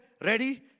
Ready